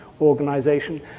organization